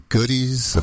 Goodies